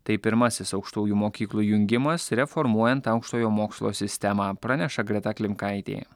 tai pirmasis aukštųjų mokyklų jungimas reformuojant aukštojo mokslo sistemą praneša greta klimkaitė